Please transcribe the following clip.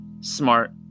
smart